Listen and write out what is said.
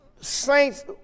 saints